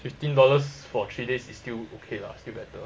fifteen dollars for three days is still okay lah still better